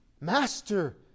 Master